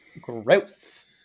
Gross